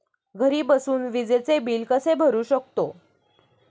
घरी बसून विजेचे बिल कसे भरू शकतो?